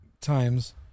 times